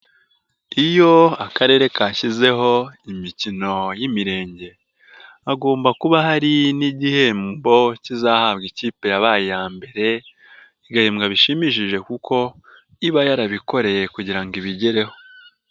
Iyo akarere kashyizeho imikino y'imirenge hagomba kuba hari n'igihembo kizahabwa ikipe yabaye iya mbere, igahembwa bishimishije kuko iba yarabikoreye kugira ngo ibigereho.